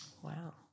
Wow